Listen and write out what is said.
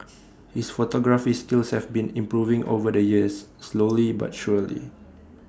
his photography skills have been improving over the years slowly but surely